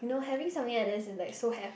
you know having something like that it's like so ha~